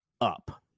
up